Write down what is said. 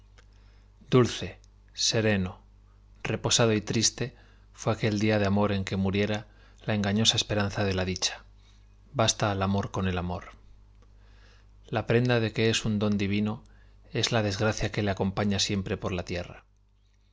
dulce sereno reposado y triste fué aquel día de amor en que muriera la engañosa esperanza de la dicha basta al amor con el amor la prenda de que es un don divino es la desgracia que le acompaña siempre por la tierra las